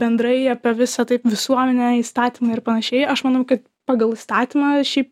bendrai apie visą taip visuomenę įstatymą ir panašiai aš manau kad pagal įstatymą šiaip